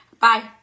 Bye